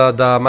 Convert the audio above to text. da